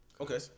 Okay